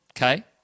Okay